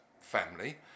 family